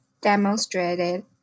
demonstrated